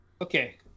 Okay